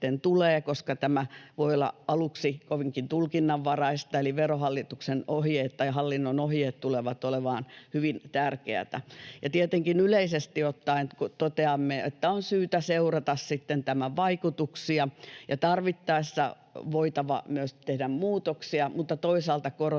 koska tämä voi olla aluksi kovinkin tulkinnanvaraista, eli Verohallinnon ohjeet tulevat olemaan hyvin tärkeitä. Ja tietenkin yleisesti ottaen toteamme, että on syytä seurata sitten tämän vaikutuksia ja tarvittaessa voitava myös tehdä muutoksia, mutta toisaalta korostamme